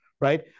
right